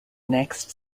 next